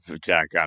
Jack